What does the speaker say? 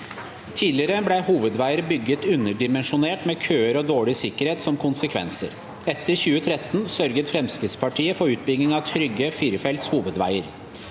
«Tidligere ble hovedveier bygget underdimensjonert, med køer og dårlig sikkerhet som konsekvenser. Etter 2013 sørget Fremskrittspartiet for utbygging av trygge firefelts hovedveier.